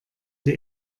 die